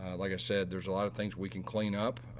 like i said, there's a lot of things we can clean up.